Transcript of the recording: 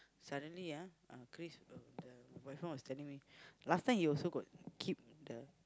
suddenly ah uh Chris uh the boyfriend was telling me last time he also got keep the